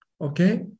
okay